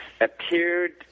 appeared